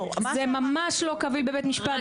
זה ממש לא קביל בבית משפט,